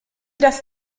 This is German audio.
das